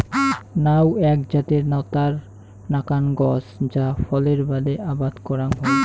নাউ এ্যাক জাতের নতার নাকান গছ যা ফলের বাদে আবাদ করাং হই